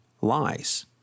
lies